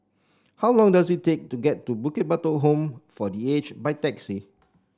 how long does it take to get to Bukit Batok Home for The Age by taxi